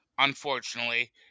Unfortunately